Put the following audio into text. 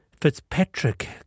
Fitzpatrick